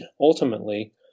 ultimately